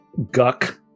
guck